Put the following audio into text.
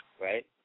right